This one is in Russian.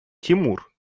тимур